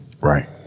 Right